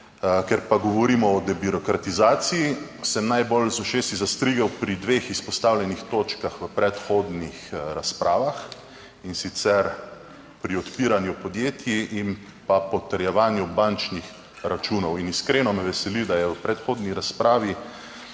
Ker pa govorimo o debirokratizaciji, sem najbolj z ušesi zastrigel pri dveh izpostavljenih točkah v predhodnih razpravah, in sicer pri odpiranju podjetij in pa potrjevanju bančnih računov. In iskreno me veseli, da je v predhodni razpravi